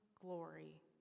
glory